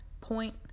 point